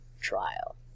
trial